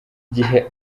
gihe